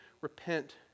repent